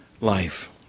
life